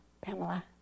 Pamela